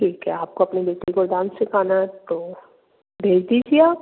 ठीक है आपको अपनी बच्ची को डांस सिखाना है तो भेज दीजिए आप